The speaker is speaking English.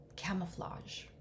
camouflage